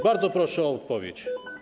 Bardzo proszę o odpowiedź.